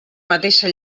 mateixa